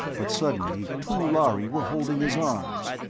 but suddenly two lhari were holding his arms.